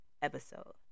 Episode